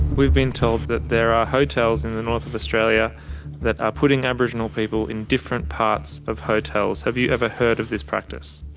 we've been told that there are hotels in the north of australia that are putting aboriginal people in different parts of hotels. have you ever heard of this practice?